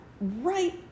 right